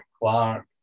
Clark